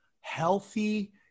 healthy